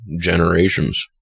generations